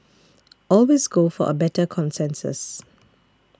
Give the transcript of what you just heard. always go for a better consensus